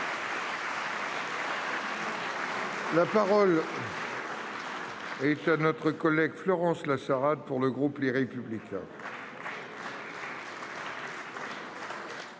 La parole est à Mme Florence Lassarade, pour le groupe Les Républicains.